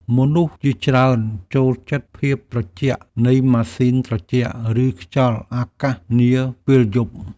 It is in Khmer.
មនុស្សជាច្រើនចូលចិត្តភាពត្រជាក់នៃម៉ាស៊ីនត្រជាក់ ឬខ្យល់អាកាសនាពេលយប់។